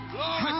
Glory